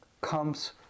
comes